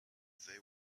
they